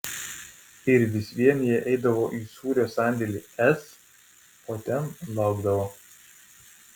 ir vis vien jie eidavo į sūrio sandėlį s o ten laukdavo